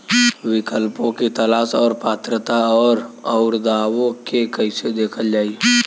विकल्पों के तलाश और पात्रता और अउरदावों के कइसे देखल जाइ?